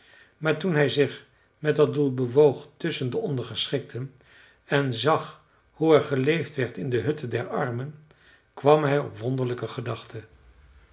maar toen hij zich met dat doel bewoog tusschen de ondergeschikten en zag hoe er geleefd werd in de hutten der armen kwam hij op wonderlijke gedachten